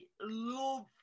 love